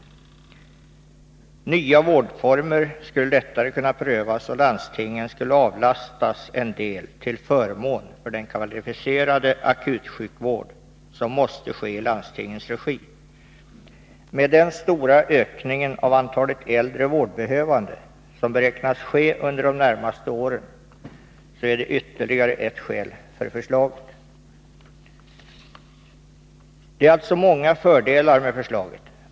Nya vårdformer skulle lättare kunna prövas, och landstingen kunde avlastas en del till förmån för den kvalificerade akutsjukvård som måste ske i landstingens regi. Den stora ökning av antalet äldre vårdbehövande som beräknas ske under de närmaste åren är ytterligare ett skäl för förslaget. Det är alltså många fördelar med förslaget.